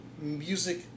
music